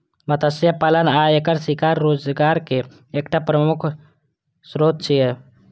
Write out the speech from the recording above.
मत्स्य पालन आ एकर शिकार रोजगारक एकटा प्रमुख स्रोत छियै